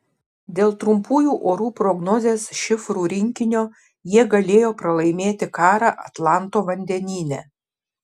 dėl trumpųjų orų prognozės šifrų rinkinio jie galėjo pralaimėti karą atlanto vandenyne